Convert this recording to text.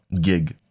Gig